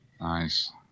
Nice